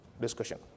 discussion